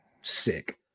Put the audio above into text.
sick